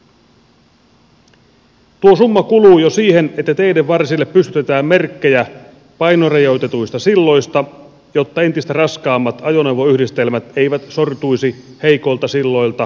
tuo summa kuluu jo siihen että teiden varsille pystytetään merkkejä painorajoitetuista silloista jotta entistä raskaammat ajoneuvoyhdistelmät eivät sortuisi heikoilta silloilta jokiin